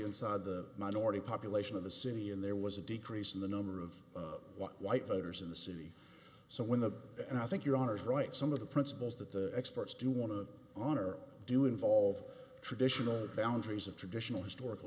inside the minority population of the city and there was a decrease in the number of white voters in the city so when the and i think your honour's right some of the principles that the experts do want to own or do involve traditional boundaries of traditional historical